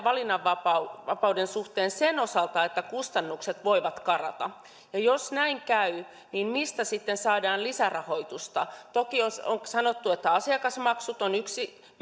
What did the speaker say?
valinnanvapauden suhteen sen osalta että kustannukset voivat karata ja jos näin käy niin mistä sitten saadaan lisärahoitusta toki on sanottu että asiakasmaksut ovat yksi